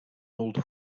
old